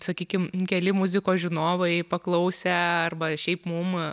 sakykim keli muzikos žinovai paklausę arba šiaip mum